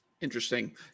Interesting